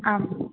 आम्